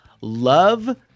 love